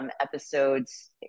episodes